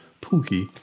Pookie